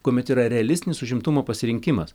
kuomet yra realistinis užimtumo pasirinkimas